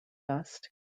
dust